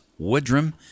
woodrum